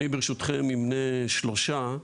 ברשותכם, אמנה שלושה,